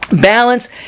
balance